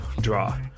Draw